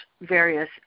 various